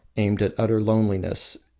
aimed at utter loneliness,